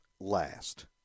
last